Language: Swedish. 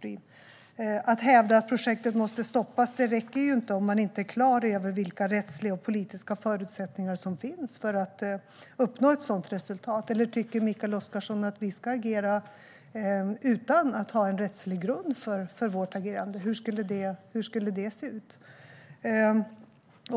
Det räcker inte att hävda att projektet måste stoppas om man inte är klar över vilka rättsliga och politiska förutsättningar som finns för att uppnå ett sådant resultat. Tycker Mikael Oscarsson att vi ska agera utan att ha en rättslig grund för detta? Hur skulle det se ut?